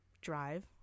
drive